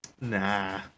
Nah